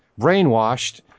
Brainwashed –